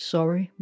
Sorry